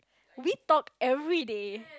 we talk everyday